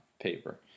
paper